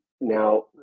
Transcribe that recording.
Now